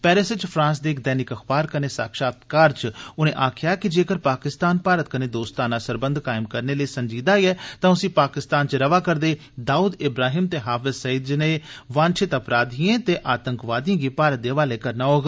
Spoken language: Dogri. पैरिस च फ्रांस दे इक दैनिक अखबार कन्ने साक्षातकार च उने आक्खेआ कि जेकर पाकिस्तान भारत कन्नै दोस्ताना सरबंध कायम करने लेई संजीदा ऐ तां उसी पाकिस्तान च रवै करदे दाउद इब्राहिम ते हाफिज़ सैयद जनेह् वांछित अपराधिए ते आतंकवादिए गी भारत दे हवालै करना होग